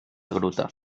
gruta